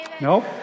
Nope